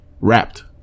Wrapped